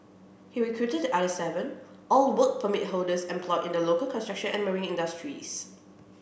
he recruited the other seven all Work Permit holders employed in the local construction and marine industries